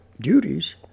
duties